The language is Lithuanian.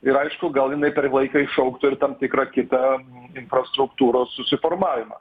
ir aišku gal jinai per laiką iššauktų ir tam tikrą kitą infrastruktūros susiformavimą